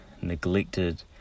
neglected